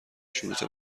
شروط